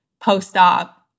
post-op